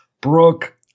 Brooke